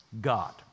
God